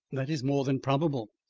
that is more than probable.